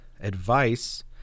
advice